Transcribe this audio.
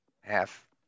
half